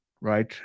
right